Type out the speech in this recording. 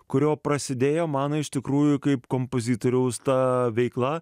kurio prasidėjo man iš tikrųjų kaip kompozitoriaus ta veikla